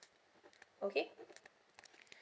okay